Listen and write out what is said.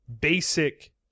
basic